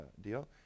deal